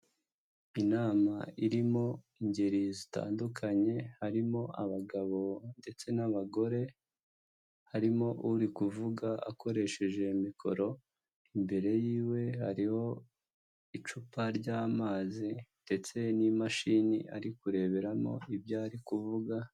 Inama irimo ingeri zitandukanye harimo; abagabo ndetse n'abagore, harimo uri kuvuga akoresheje mikoro, imbere y'iwe hariho icupa ry'amazi ndetse n'imashini ari kureberamo ibyo ari kuvuga.